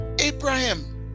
Abraham